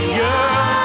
girl